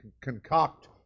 concoct